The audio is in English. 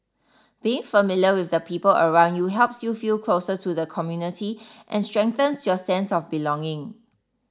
being familiar with the people around you helps you feel closer to the community and strengthens your sense of belonging